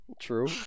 true